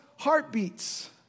Heartbeats